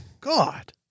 God